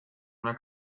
una